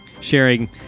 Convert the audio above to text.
sharing